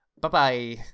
Bye-bye